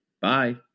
Bye